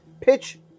pitch